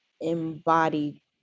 embody